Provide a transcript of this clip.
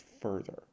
further